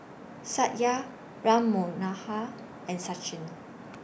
Satya Ram Manohar and Sachin